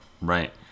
Right